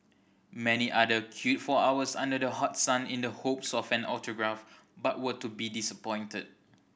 many other queued for hours under the hot sun in the hopes of an autograph but were to be disappointed